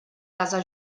casa